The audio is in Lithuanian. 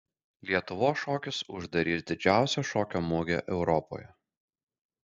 lietuvos šokis uždarys didžiausią šokio mugę europoje